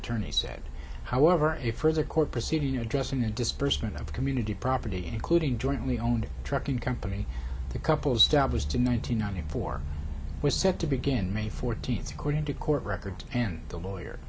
attorney said however if further a court proceeding addressing the disbursement of community property including jointly owned a trucking company the couple's dabbas to nine hundred ninety four was set to begin may fourteenth according to court records and the lawyer